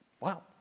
Wow